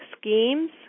schemes